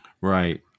Right